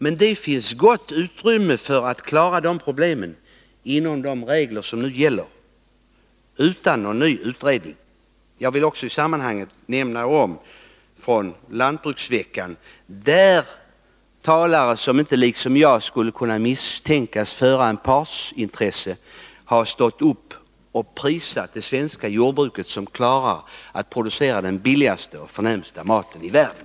Men det finns gott utrymme för att klara de problemen med de regler som nu gäller utan någon ny utredning. Jag vill också i sammanhanget nämna att talare under lantbruksveckan — talare som inte liksom jag skulle kunna misstänkas för att föra partsintressen — har stått upp och prisat det svenska jordbruket, som klarar att producera den billigaste och förnämsta maten i världen.